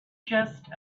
just